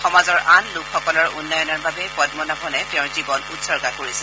সমাজৰ আন লোকসকলৰ উন্নয়নৰ বাবে পদ্মনাভনে তেওঁৰ জীৱন উৎসৰ্গা কৰিছিল